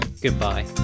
goodbye